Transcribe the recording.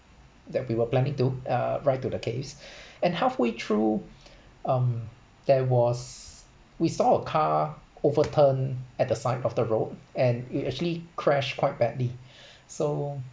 that we were planning to uh ride to the caves and halfway through um there was we saw a car overturned at the side of the road and it actually crashed quite badly so